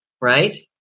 right